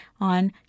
on